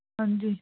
ਹਾਂਜੀ